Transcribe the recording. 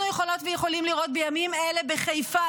אנחנו יכולות ויכולים לראות בימים האלה בחיפה,